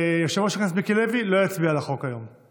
שיושב-ראש הכנסת מיקי לוי לא יצביע על החוק היום.